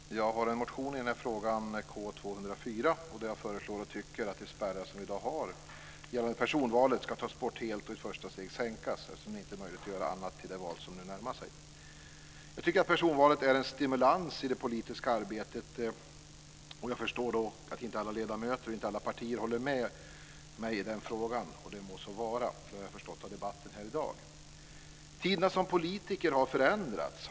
Fru talman! Jag har en motion i den här frågan, K204, där jag tycker att de spärrar som vi i dag har gör att personvalet ska tas bort helt och i ett första steg sänkas, eftersom det inte är möjligt att göra annat till det val som nu närmar sig. Jag tycker att personvalet är en stimulans i det politiska arbetet. Jag förstår att inte alla ledamöter och inte alla partier håller med mig i den frågan, och det må så vara. Det har jag förstått av debatten här i dag. Tiderna har förändrats för politiker.